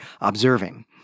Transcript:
observing